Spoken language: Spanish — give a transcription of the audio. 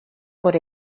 por